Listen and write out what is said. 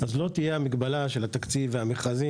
אז לא תהיה המגבלה של התקציב והמכרזים